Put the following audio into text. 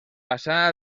passà